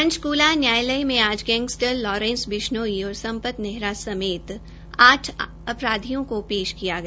पंचकूला न्यायालय में आज गैंगस्टर लॉरेंस बिश्नोई और संपत नेहरा समेत आठ अपराधियों को पेश किया गया